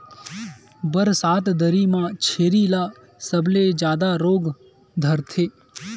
बरसात दरी म छेरी ल सबले जादा रोग धरथे